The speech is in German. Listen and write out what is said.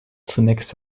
zunächst